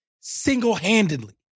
Single-handedly